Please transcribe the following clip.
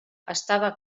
estava